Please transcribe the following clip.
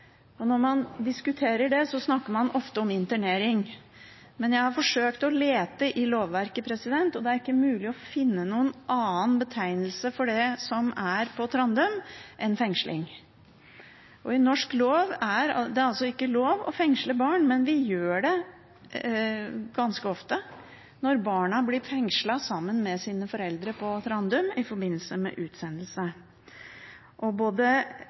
Når man diskuterer det, snakker man ofte om internering. Jeg har forsøkt å lete i lovverket, og det er ikke mulig å finne noen annen betegnelse for det som skjer på Trandum, enn fengsling. Det er ikke lov til å fengsle barn, men vi gjør det ganske ofte når barna blir fengslet sammen med sine foreldre på Trandum i forbindelse med utsendelse. Både Grunnloven og